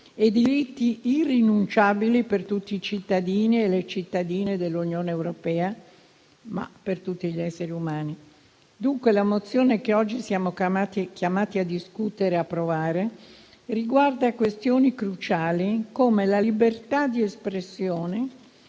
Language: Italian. e diritti irrinunciabili per tutti i cittadini e le cittadine dell'Unione europea, vale a dire per tutti gli esseri umani. Dunque, la mozione che oggi siamo chiamati a discutere e approvare riguarda questioni cruciali, come la libertà di espressione